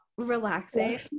relaxing